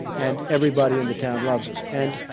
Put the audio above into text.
and everybody in the town loves us. and.